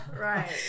Right